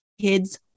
kids